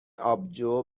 آبجو